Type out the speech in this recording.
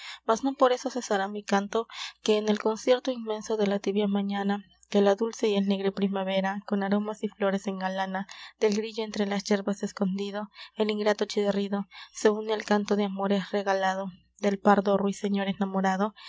mas no por eso cesará mi canto que en el concierto inmenso de la tibia mañana que la dulce y alegre primavera con aromas y flores engalana del grillo entre las yerbas escondido el ingrato chirrido se une al canto de amores regalado del pardo ruiseñor enamorado